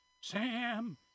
Sam